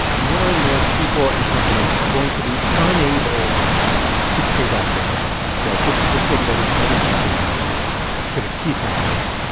more and more people and companies are going to be unable to pay back their debts, right? this is the thing that is starting to happen now. it's going to keep happening.